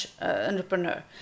entrepreneur